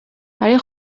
برای